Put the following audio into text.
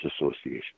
Association